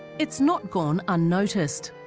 it's not gone unnoticed